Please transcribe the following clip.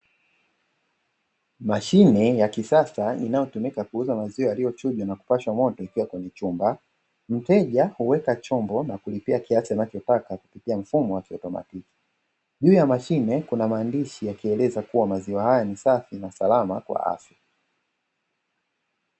Mashine ya kisasa inayotumika kuuza maziwa yalilyo chujwa na kupashwa moto ikiwa kwenye chumba, mteja huweka chombo na kulipia kiasi anachotaka kupitia mfumo wa kiautomatiki. Juu ya mashine Kuna maandishi yakieleza kuwa maziwa haya ni safi na salama kwa afya.